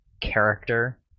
character